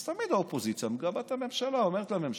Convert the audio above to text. אז תמיד האופוזיציה מגבה את הממשלה, אומרת לממשלה: